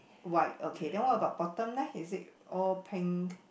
white okay then what about bottom leh is it all pink white